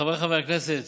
חבריי חברי הכנסת,